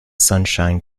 sunshine